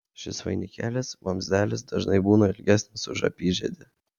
šis vainikėlis vamzdelis dažnai būna ilgesnis už apyžiedį